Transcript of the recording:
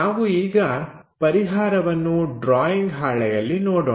ನಾವು ಈಗ ಪರಿಹಾರವನ್ನು ಡ್ರಾಯಿಂಗ್ ಹಾಳೆಯಲ್ಲಿ ನೋಡೋಣ